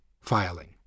filing